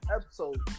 episode